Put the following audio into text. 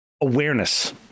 awareness